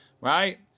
Right